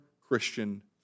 Christian